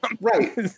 Right